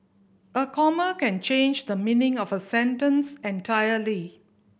a comma can change the meaning of a sentence entirely